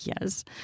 yes